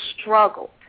struggled